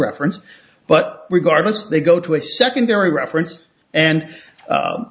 reference but regardless they go to a secondary reference and